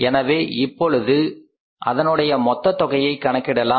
எனவே இப்பொழுது அதனுடைய மொத்த தொகையை கணக்கிடலாம்